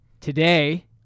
today